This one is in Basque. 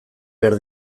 behar